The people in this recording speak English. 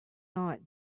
night